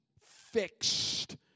fixed